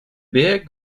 berg